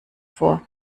vor